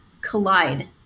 Collide